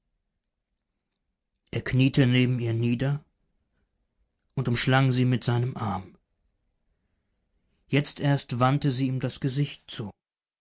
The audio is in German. er kniete neben ihr nieder und umschlang sie mit seinem arm jetzt erst wandte sie ihm das gesicht zu